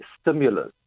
stimulus